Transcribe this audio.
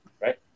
Right